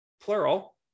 plural